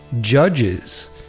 judges